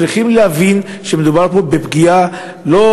צריכים להבין שמדובר פה בפגיעה שהיא